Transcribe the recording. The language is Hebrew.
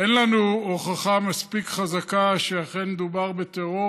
אין לנו הוכחה מספיק חזקה שאכן מדובר בטרור.